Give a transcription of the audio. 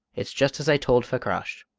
it's just as i told fakrash.